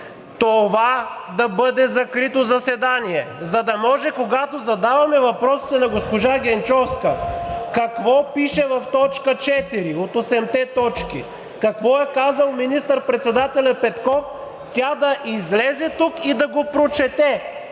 това да бъде закрито заседание, за да може, когато задаваме въпросите на госпожа Генчовска какво пише в т. 4 от осемте точки, какво е казал министър-председателят Петков, тя да излезе тук и да го прочете,